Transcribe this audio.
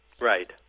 Right